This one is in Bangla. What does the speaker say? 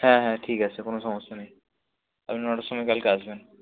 হ্যাঁ হ্যাঁ ঠিক আছে কোনো সমস্যা নেই আপনি নটার সময় কালকে আসবেন